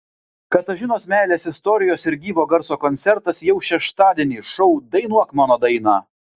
katažinos meilės istorijos ir gyvo garso koncertas jau šeštadienį šou dainuok mano dainą